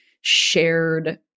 shared